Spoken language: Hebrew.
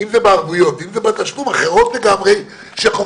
באמת בשביל לתת כמה